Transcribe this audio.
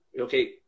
okay